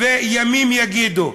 וימים יגידו.